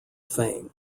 fame